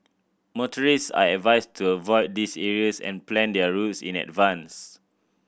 motorist are advised to avoid these areas and plan their routes in advance